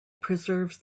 preserves